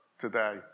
today